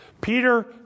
Peter